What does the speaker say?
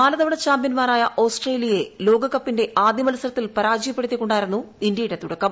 നാല്തവണ ചാമ്പ്യൻമാരായ ഓസ്ട്രേലിയയെ ലോകകപ്പിന്റെ ആദ്യമത്സരത്തിൽ പരാജയപ്പെടുത്തികൊണ്ടായിരുന്നു ഇന്ത്യയുടെ തുടക്കം